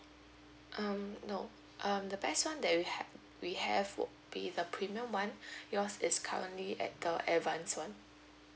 um nop um the best [one] that we have we have would be the premium one yours is currently at the advance [one]